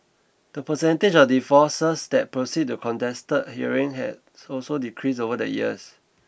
the percentage of divorces that proceed to contested hearings has also decreased over the years